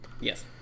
yes